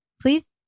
please